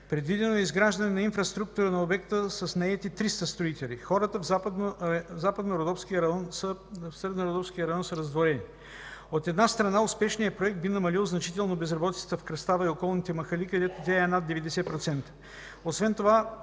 Предвидено е изграждане на инфраструктура на обекта с наети 300 строители. Хората в Среднородопския район са раздвоени. От една страна успешният проект би намалил значително безработицата в Кръстава и околните махали, където тя е над 90%. Освен това